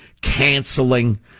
canceling